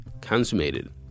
consummated